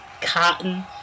cotton